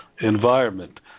environment